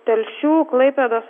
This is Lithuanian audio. telšių klaipėdos